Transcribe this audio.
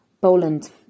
Poland